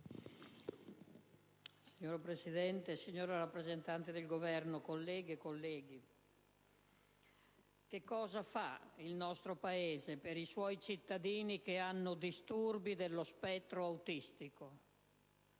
Signor Presidente, signor rappresentante del Governo, colleghe e colleghi, cosa fa il nostro Paese per i suoi cittadini che hanno disturbi dello spettro autistico?